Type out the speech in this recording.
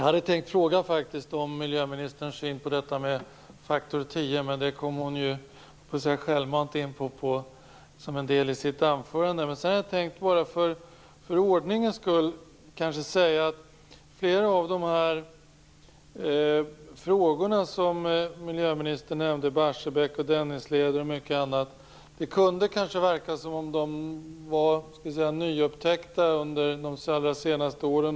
Herr talman! Jag hade faktiskt tänkt fråga om miljöministerns syn på detta med faktor 10, men det kom hon ju självmant in på i sitt anförande. Jag hade också tänkt att bara för ordningens skull säga att flera av de frågor som miljöministern nämnde - Barsebäck, Dennisleden och mycket annat - kanske kunde verka nyupptäckta under de senaste åren.